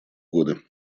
годы